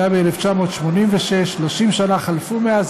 זה היה ב-1986, 30 שנה חלפו מאז.